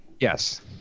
Yes